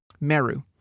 Meru